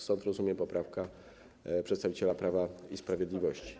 Stąd, rozumiem, poprawka przedstawiciela Prawa i Sprawiedliwości.